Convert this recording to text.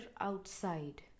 outside